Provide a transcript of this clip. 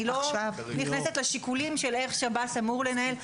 אני לא נכנסת לשיקולים של איך שב"ס אמור לנהל,